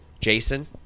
Jason